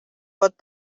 pot